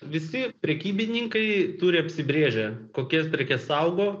visi prekybininkai turi apsibrėžę kokias prekes saugo